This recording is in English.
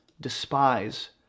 despise